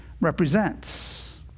represents